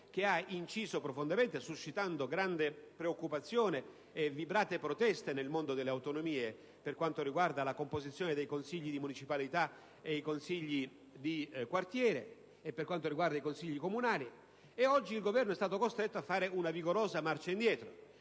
che ha inciso profondamente, suscitando grande preoccupazione e vibrate proteste nel mondo delle autonomie per quanto riguarda la composizione dei consigli comunali, di municipalità e di quartiere. Oggi il Governo è stato costretto a fare una vigorosa marcia indietro.